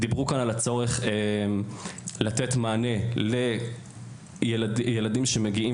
דיברו כאן על הצורך לתת מענה לילדים שמגיעים